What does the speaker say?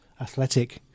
athletic